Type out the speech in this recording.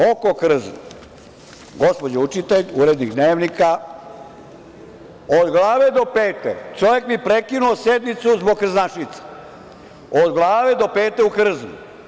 Gospođa učitelj, urednik Dnevnika od glave do pete, čovek mi prekinuo sednicu zbog krznašica, od glave do pete u krznu.